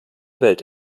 welt